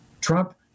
Trump